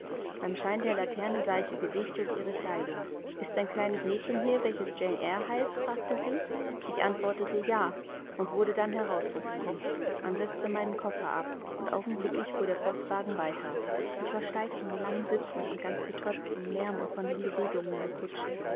beim schein der laterne sah ich ihr gesicht und ihre kleidung ist ein kleines mädchen hier welches jane eyre heißt fragte sie ich antwortete ja und wurde dann herausgehoben man setzte meinen koffer ab und augenblicklich fuhr der postwagen weiter ich war steif vom langen sitzen und ganz betäubt vom lärm und von der bewegung der kutsche